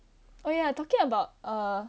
oh yeah talking about err